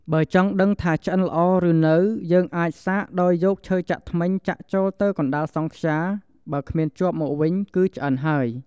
បើចង់ដឹងថាឆ្អិនល្អឬនៅយើងអាចសាកដោយយកឈើចាក់ធ្មេញចាក់ចូលទៅកណ្តាលសង់ខ្យា បើគ្មានជាប់មកវិញគឺឆ្អិនហើយ។